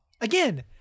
Again